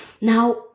now